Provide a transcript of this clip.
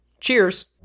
Cheers